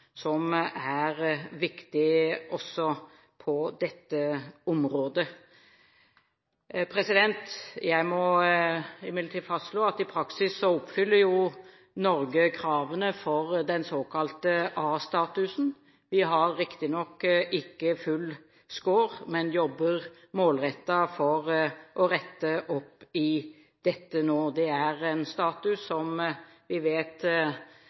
som er viktig også på dette området. Jeg må imidlertid fastslå at i praksis oppfyller Norge kravene for den såkalte A-statusen. Vi har riktignok ikke full score, men jobber målrettet for å rette opp i dette nå. Det er en status som vi vet